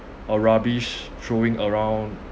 uh rubbish throwing around